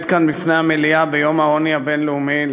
כאן בפני המליאה ביום העוני הבין-לאומי,